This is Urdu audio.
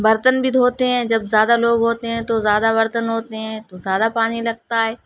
برتن بھی دھوتے ہیں جب زیادہ لوگ ہوتے ہیں تو زیادہ برتن ہوتے ہیں تو زیادہ پانی لگتا ہے